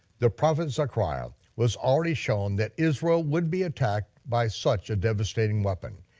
the prophet zechariah was already shown that israel would be attacked by such a devastating weapon,